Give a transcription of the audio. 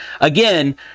Again